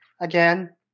Again